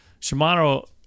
Shimano